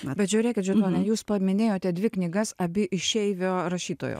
bet žiūrėkit žydrone jūs paminėjote dvi knygas abi išeivio rašytojo